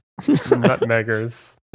Nutmeggers